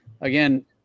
again